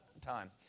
time